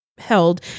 Held